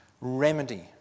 remedy